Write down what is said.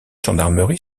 gendarmerie